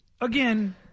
again